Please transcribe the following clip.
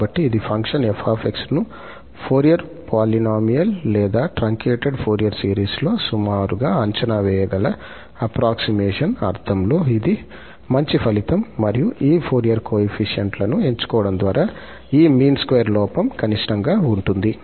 కాబట్టి ఇది ఫంక్షన్ 𝑓𝑥 ను ఫోరియర్ పాలినోమిల్ లేదా ట్రంకేటెడ్ ఫోరియర్ సిరీస్ లో సుమారుగా అంచనా వేయగల అప్ప్రోక్సిమేషన్ అర్థంలో ఇది మంచి ఫలితం మరియు ఈ ఫోరియర్ కోయెఫిషియంట్ లను ఎంచుకోవడం ద్వారా ఈ మీన్ స్క్వేర్ లోపం కనిష్టంగా ఉంటుంది